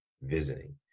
visiting